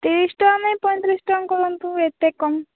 ତିରିଶ ଟଙ୍କା ନାଇଁ ପଇଁତିରିଶ ଟଙ୍କା କରନ୍ତୁ ଏତେ କମ